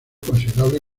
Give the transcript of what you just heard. considerable